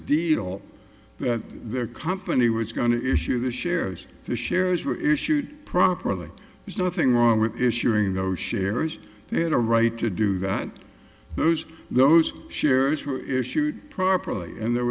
deal that their company was going to issue the shares the shares were issued properly there's nothing wrong with issuing our shares they had a right to do that those those shares were issued properly and there